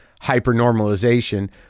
hyper-normalization